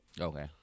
Okay